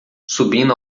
subindo